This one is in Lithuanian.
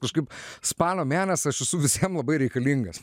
kažkaip spalio mėnesį aš esu visiem labai reikalingas